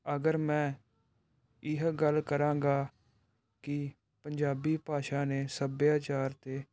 ਅਗਰ ਮੈਂ ਇਹ ਗੱਲ ਕਰਾਂਗਾ ਕਿ ਪੰਜਾਬੀ ਭਾਸ਼ਾ ਨੇ ਸੱਭਿਆਚਾਰ 'ਤੇ